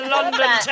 London